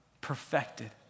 perfected